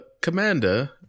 commander